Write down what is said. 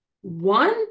one